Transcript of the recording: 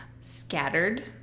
scattered